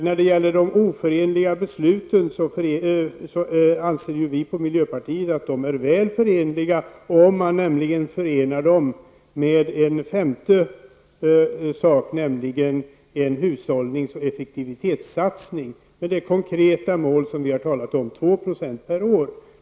När det gäller de oförenliga besluten anser vi i miljöpartiet att de är väl förenliga om man förenar dem med en femte sak, nämligen en hushållningsoch effektivitetssatsning med det konkreta mål som vi talat om på 2 % per år.